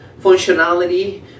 functionality